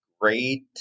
great